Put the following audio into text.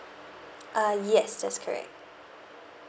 uh yes that's correct